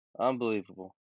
Unbelievable